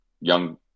young